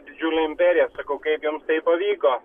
didžiulę imperiją sakau kaip jums tai pavyko